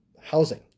Housing